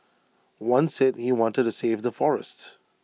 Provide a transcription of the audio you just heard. one said he wanted to save the forests